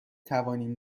توانیم